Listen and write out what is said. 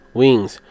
wings